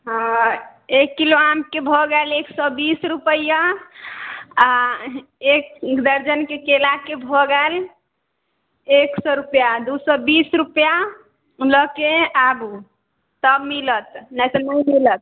हँ एक किलो आमके भऽ गेल एक सए बीस रूपैआ आओर एक दर्जनके केलाके भऽ गेल एक सए रूपैआ दू सए बीस रूपैआ लऽके आबू तब मिलत नहि तऽ नहि मिलत